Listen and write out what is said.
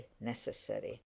necessary